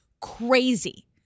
crazy